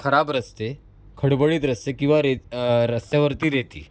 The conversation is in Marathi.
खराब रस्ते खडबडीत रस्ते किंवा रे रस्त्यावरती रेती